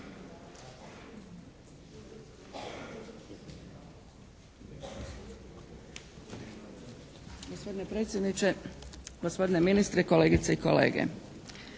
Hvala vam